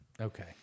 Okay